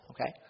Okay